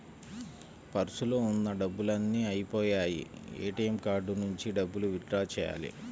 పర్సులో ఉన్న డబ్బులన్నీ అయ్యిపొయ్యాయి, ఏటీఎం కార్డు నుంచి డబ్బులు విత్ డ్రా చెయ్యాలి